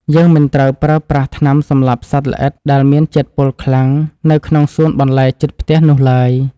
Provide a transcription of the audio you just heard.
យើងមិនត្រូវប្រើប្រាស់ថ្នាំសម្លាប់សត្វល្អិតដែលមានជាតិពុលខ្លាំងនៅក្នុងសួនបន្លែជិតផ្ទះនោះឡើយ។